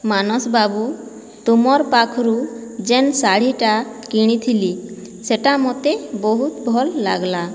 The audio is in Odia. ମାନସ ବାବୁ ତୁମର୍ ପାଖରୁ ଯେନ୍ ଶାଢ଼ୀଟା କିଣିଥିଲି ସେଟା ମତେ ବହୁତ ଭଲ୍ ଲାଗ୍ଲା